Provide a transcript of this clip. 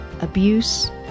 abuse